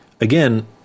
again